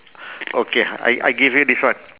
okay I I give you this one